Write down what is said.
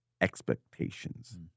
expectations